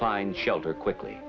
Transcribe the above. find shelter quickly